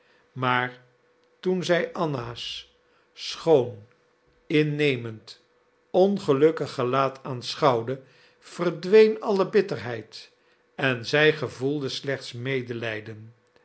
maar toen zij anna's schoon innemend ongelukkig gelaat aanschouwde verdween alle bitterheid en zij gevoelde slechts medelijden